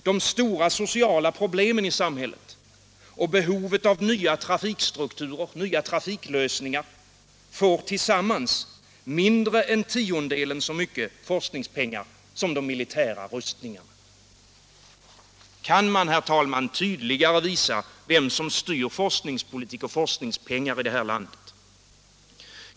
De stora sociala problemen i samhället och behovet av nya trafikstrukturer, nya trafiklösningar, får tillsammans mindre än tiondelen så mycket forskningspengar som de militära rustningarna. Kan man, herr talman, tydligare visa vem som styr forskningspolitik och forskningspengar i vårt land?